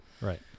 Right